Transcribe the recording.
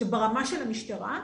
ברמה של המשטרה,